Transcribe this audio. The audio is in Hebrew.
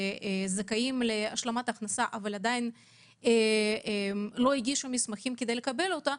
שזכאים להשלמת הכנסה אבל עדיין לא הגישו מסמכים כדי לקבל אותה,